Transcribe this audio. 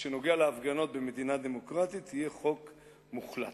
שנוגע בהפגנות במדינה דמוקרטית יהיה חוק מוחלט.